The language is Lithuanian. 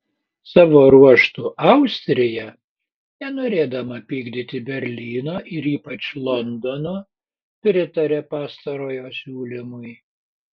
savo ruožtu austrija nenorėdama pykdyti berlyno ir ypač londono pritarė pastarojo siūlymui